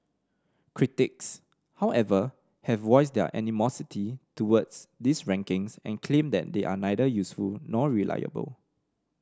critics however have voiced their animosity toward these rankings and claim that they are neither useful nor reliable